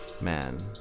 man